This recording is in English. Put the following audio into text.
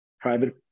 private